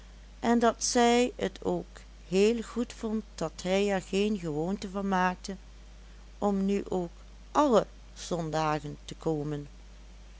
en dat zij t ook heel goed vond dat hij er geen gewoonte van maakte om nu ook alle zondagen te komen